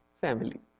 family